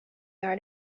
göra